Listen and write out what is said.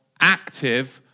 active